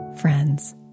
friends